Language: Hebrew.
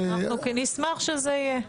נשמח שזה יהיה.